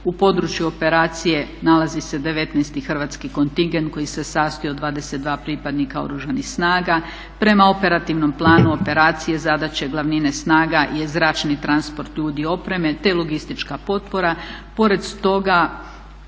U području operacije nalazi se 19. Hrvatski kontingent koji se sastoji od 22 pripadnika Oružanih snaga. Prema operativnom planu operacije, zadaće, glavnine snaga je zračni transport ljudi i opreme te logistička potpora.